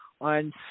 on